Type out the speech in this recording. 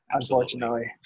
unfortunately